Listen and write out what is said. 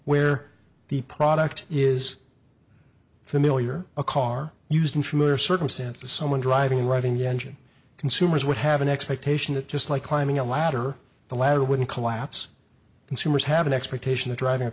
where the product is familiar a car used in from other circumstances someone driving right in the engine consumers would have an expectation that just like climbing a ladder the ladder wouldn't collapse consumers have an expectation of driving a